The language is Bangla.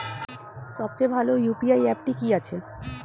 সবচেয়ে ভালো ইউ.পি.আই অ্যাপটি কি আছে?